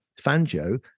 Fangio